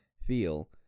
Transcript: feel